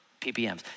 ppms